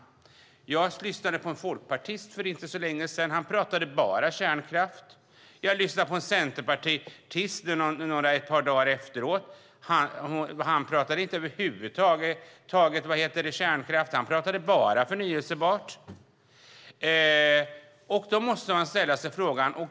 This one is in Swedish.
Jag lyssnade på en folkpartist för inte så länge sedan. Han talade bara om kärnkraft. Jag lyssnade på en centerpartist ett par dagar senare. Han talade över huvud taget inte om kärnkraft utan bara om förnybart.